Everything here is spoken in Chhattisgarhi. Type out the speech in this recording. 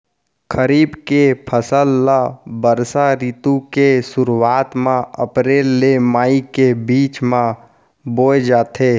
खरीफ के फसल ला बरसा रितु के सुरुवात मा अप्रेल ले मई के बीच मा बोए जाथे